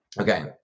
Okay